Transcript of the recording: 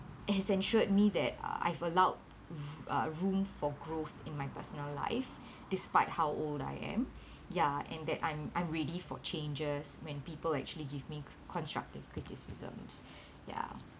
has ensured me that uh I've allowed r~ uh room for growth in my personal life despite how old I am ya and that I'm I'm ready for changes when people actually give me constructive criticisms ya